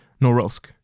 Norilsk